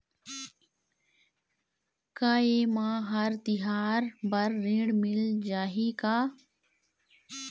का ये मा हर तिहार बर ऋण मिल जाही का?